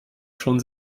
schon